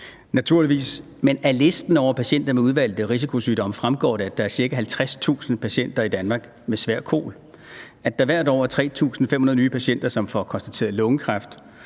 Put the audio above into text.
men af listen over udvalgte risikosygdomme fremgår det, at der er ca. 50.000 patienter i Danmark med svær kol, at der hvert år er 3.500 nye patienter, som får konstateret lungekræft,